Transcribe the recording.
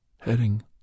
heading